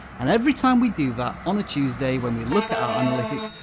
and every time we do that on a tuesday, when we look at our analytics,